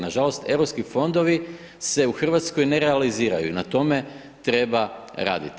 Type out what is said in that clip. Nažalost europski fondovi se u Hrvatskoj ne realiziraju i na tome treba raditi.